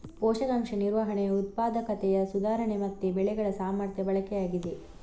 ಪೋಷಕಾಂಶ ನಿರ್ವಹಣೆಯು ಉತ್ಪಾದಕತೆಯ ಸುಧಾರಣೆ ಮತ್ತೆ ಬೆಳೆಗಳ ಸಮರ್ಥ ಬಳಕೆಯಾಗಿದೆ